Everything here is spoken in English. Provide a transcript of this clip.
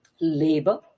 labor